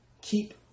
keep